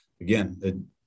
again